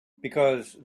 because